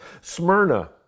Smyrna